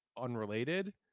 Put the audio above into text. unrelated